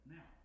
Now